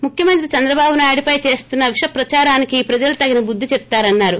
ముఖ్యమంత్రి చంద్రబాబు నాయుడుపై చేస్తున్న విష ప్రయోగానికి ప్రజలు తగిన బుద్ది చెప్తారన్నారు